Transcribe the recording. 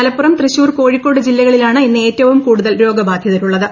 മലപ്പുറം തൃശ്ശൂർ കോഴിക്കോട് ജില്ലകളിലാണ് ഇന്ന് ഏറ്റവും കൂടുതൽ രോഗബാധിതരുളളത്